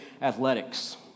Athletics